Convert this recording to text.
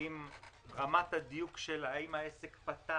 עם רמת הדיוק של האם העסק פתח,